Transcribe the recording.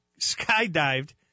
skydived